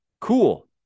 Cool